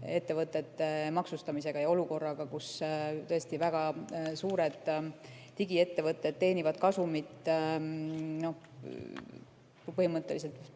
digiettevõtete maksustamisega ja olukorraga, kus tõesti väga suured digiettevõtted teenivad kasumit